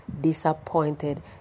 disappointed